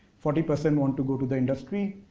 forty percent want to go to the industry,